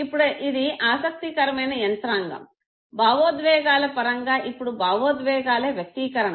ఇప్పుడు ఇది ఆసక్తికరమైన యంత్రాంగం భావోద్వేగాల పరంగా ఇప్పుడు భావోద్వేగాల వ్యక్తీకరణ